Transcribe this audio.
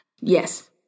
yes